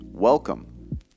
Welcome